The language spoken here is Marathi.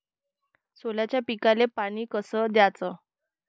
सोल्याच्या पिकाले पानी कस द्याचं?